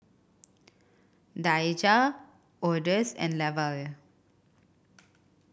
Daijah Odus and Lavelle